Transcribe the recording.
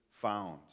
found